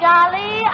Jolly